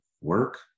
work